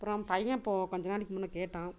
அப்புறோம் பையன் இப்போ கொஞ்ச நாளைக்கு முன்னே கேட்டான்